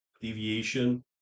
deviation